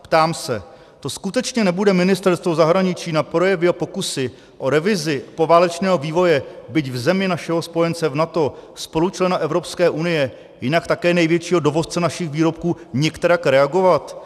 Ptám se: To skutečně nebude Ministerstvo zahraničí na projevy a pokusy o revizi poválečného vývoje, byť v zemi našeho spojence v NATO, spolučlena EU, jinak také největšího dovozce našich výrobků, nikterak reagovat?